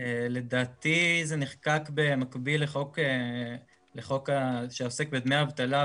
לדעתי זה נחקק במקביל לחוק שעוסק בדמי אבטלה,